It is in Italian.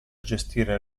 gestire